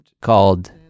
called